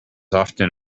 often